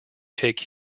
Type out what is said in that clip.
take